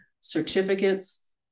Certificates